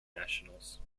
nationals